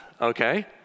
okay